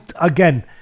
again